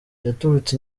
yaturutse